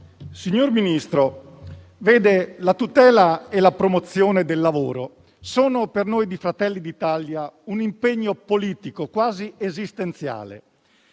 signor Ministro, la tutela e la promozione del lavoro sono per noi di Fratelli d'Italia un impegno politico quasi esistenziale